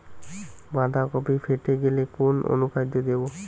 বাঁধাকপি ফেটে গেলে কোন অনুখাদ্য দেবো?